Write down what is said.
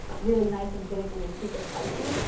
really nice and vinegary and super spicy.